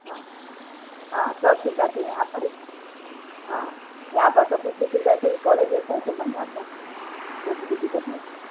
हँ हँ सब सुविधा छै यहाँ परी हाँ यहाँ पर सब चीजके सुविधा छै कौलेज जे छै से बढ़िआँ छै कोइ चीजके दिक्कत नहि छै